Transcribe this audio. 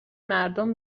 مردم